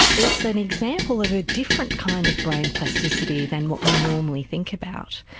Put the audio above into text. it's an example of a different kind of brain plasticity than what we normally think about.